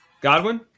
Godwin